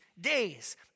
days